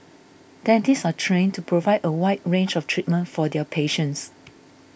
dentists are trained to provide a wide range of treatment for their patients